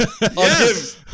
Yes